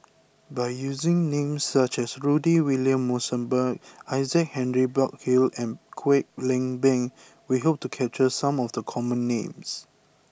by using names such as Rudy William Mosbergen Isaac Henry Burkill and Kwek Leng Beng we hope to capture some of the common names